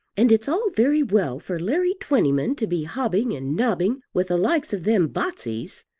and it's all very well for larry twentyman to be hobbing and nobbing with the likes of them botseys.